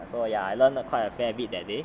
so ya I learnt quite a fair bit that day